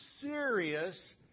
serious